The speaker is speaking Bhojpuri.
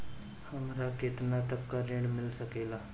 हमरा केतना तक ऋण मिल सके ला?